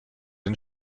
den